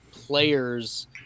players